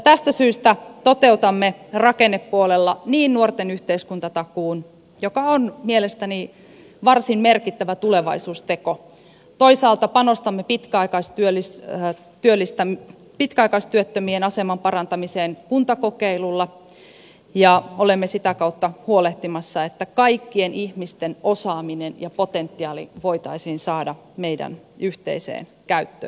tästä syystä toteutamme rakennepuolella nuorten yhteiskuntatakuun joka on mielestäni varsin merkittävä tulevaisuusteko toisaalta panostamme pitkäaikaistyöttömien aseman parantamiseen kuntakokeilulla ja olemme sitä kautta huolehtimassa että kaikkien ihmisten osaaminen ja potentiaali voitaisiin saada meidän yhteiseen käyttöön